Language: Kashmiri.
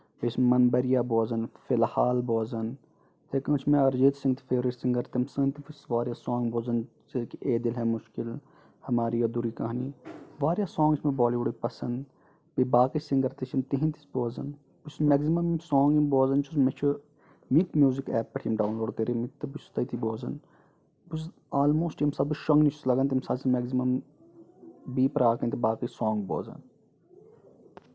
یُس من بٔریا روزان فِلحال بوزان حکمن چھُ مےٚ اریٖجیٖت سنگھ تہِ فیورِٹ سِنگر تٔمۍ سُند تہِ چھُس بہٕ واریاہ سانگ بوزان سُہ ہٮ۪کہِ اے دل ہے مشکل ہماری ادھوٗری کہانی واریاہ سانگ چھ مےٚ بالہِ وپڈٕکۍ پسند بیٚیہِ باقٕے سِنگر تہِ چھِ مےٚ تِہندۍ بوزان یُس میکزِمم سانگ یِم بوزان چھُس مےٚ چھُ وِنٛک میوٗزِک ایپ پٮ۪ٹھ یِم ڈَوُنلوڈ کٔرمٕتۍ تہٕ بہٕ چھُس تٔتہِ بوزان آلموسٹ ییٚمہِ ساتہٕ بہٕ شۄنگنہِ چھُس لگان تَمہِ ساتہٕ چھُس بہٕ میکزِمم بی پَراگٕنۍ تہٕ باقٕے سانگ بوزان